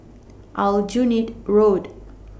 Aljunied Road